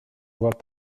vois